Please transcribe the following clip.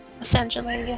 essentially